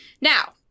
Now